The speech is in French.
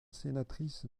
sénatrice